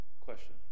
question